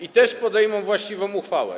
i też podejmą właściwą uchwałę.